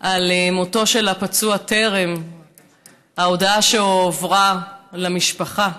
על מותו של הפצוע טרם שההודעה הועברה למשפחה,